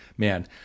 man